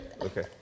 Okay